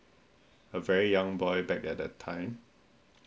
a very young boy back at that time